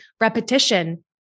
repetition